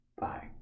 Bye